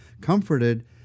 Comforted